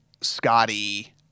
Scotty